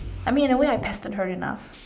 I mean in the way I pestered her enough